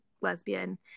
lesbian